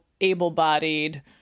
able-bodied